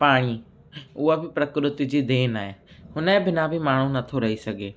पाणी उहो बि प्रकृति जी देन आहे उन जे बिना बि माण्हू नथो रही सघे